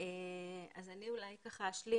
אני אולי אשלים